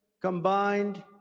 combined